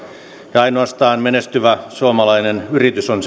ja koska ainoastaan menestyvä suomalainen yritys on